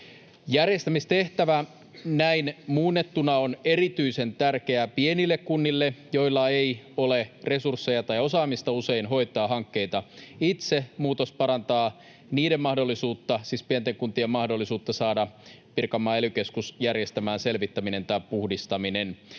Järjestämistehtävä näin muunnettuna on erityisen tärkeää pienille kunnille, joilla ei ole resursseja tai osaamista usein hoitaa hankkeita itse. Muutos parantaa niiden mahdollisuutta, siis pienten kuntien mahdollisuutta, saada Pirkanmaan ely-keskus järjestämään selvittäminen tai puhdistaminen,